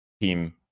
team